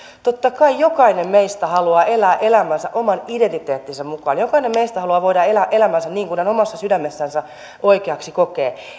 totta kai jokainen meistä haluaa elää elämänsä oman identiteettinsä mukaan jokainen meistä haluaa voida elää elämänsä niin kuin omassa sydämessänsä oikeaksi kokee